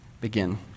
begin